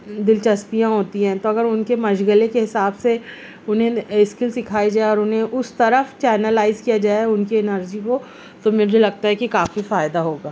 دلچسپیاں ہوتی ہیں تو اگر ان کی مشغلے کے حساب سے انہیں اسکل سکھائی جائے اور انہیں اس طرف چینیلائیز کیا جائے ان کی انرجی کو تو مجھے لگتا ہے کہ کافی فائدہ ہوگا